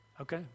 Okay